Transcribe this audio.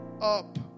up